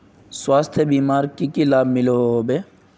स्वास्थ्य बीमार की की लाभ मिलोहो होबे?